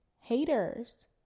haters